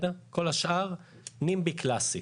כל השאר נימבי קלאסי.